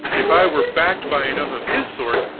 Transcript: if i were backed by enough of his sort,